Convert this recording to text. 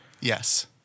Yes